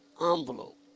envelope